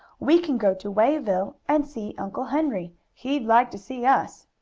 we can go to wayville and see uncle henry. he'd like to see us.